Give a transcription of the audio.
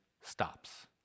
stops